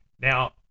Now